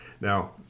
Now